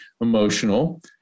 Emotional